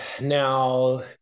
now